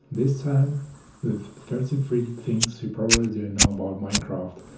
this time with thirty three things you probably didn't know about minecraft.